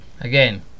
Again